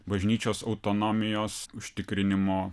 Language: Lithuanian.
bažnyčios autonomijos užtikrinimo